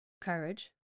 Courage